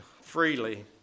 freely